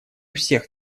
всех